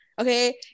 okay